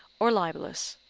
or libellous.